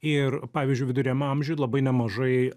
ir pavyzdžiui viduriniam amžiuj labai nemažai